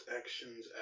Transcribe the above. actions